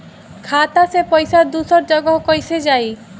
खाता से पैसा दूसर जगह कईसे जाई?